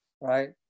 right